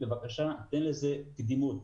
בבקשה, תן לזה קדימות.